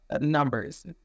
numbers